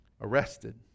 arrested